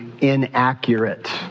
inaccurate